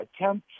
attempts